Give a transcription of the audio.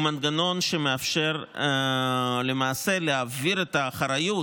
הוא מנגנון המאפשר למעשה להעביר את האחריות,